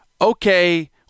okay